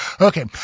Okay